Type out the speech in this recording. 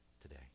today